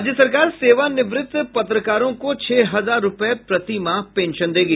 राज्य सरकार सेवानिवृत्त पत्रकारों को छह हजार रूपये प्रति माह पेंशन देगी